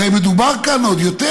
הרי מדובר כאן עוד יותר,